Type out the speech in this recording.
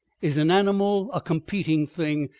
is an animal, a competing thing,